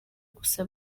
gusa